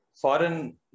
foreign